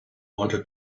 wanted